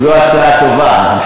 זו הצעה טובה.